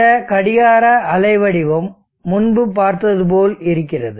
இந்த கடிகார அலை வடிவம் முன்பு பார்த்தது போல் இருக்கிறது